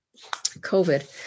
COVID